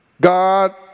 God